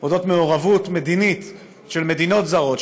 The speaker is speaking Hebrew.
על מעורבות מדינית של מדינות זרות,